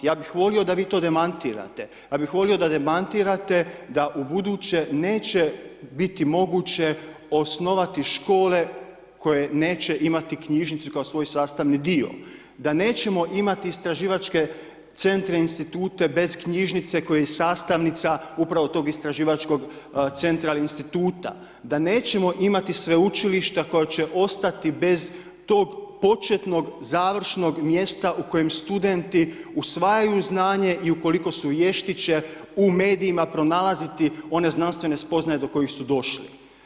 Ja bih volio da vi to demantirate, ja bih volio da demantirate da ubuduće neće biti moguće osnovati škole koje neće imati knjižnicu kao svoj sastavni dio, da nećemo imati istraživačke centre, institute bez knjižnice koja je i sastavnica upravo tog istraživačkog centra ali i instituta, da nećemo imati sveučilišta koja će ostati bez tog početnog, završnog mjesta u kojem studenti usvajaju znanje i ukoliko su ... u medijima pronalaziti one znanstvene spoznaje do kojih su došli.